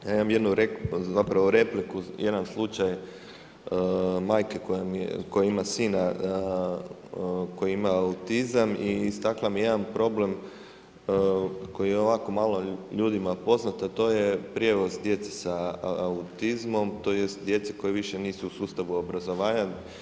Ja imam jednu, zapravo repliku, jedan slučaj majke koja ima sina koji ima autizam i istakla mi je jedan problem koji je ovako malo ljudima poznat a to je prijevoz djece sa autizmom, tj. djece koja više nisu u sustavu obrazovanja.